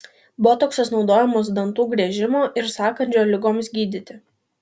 botoksas naudojamas dantų griežimo ir sąkandžio ligoms gydyti